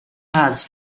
ads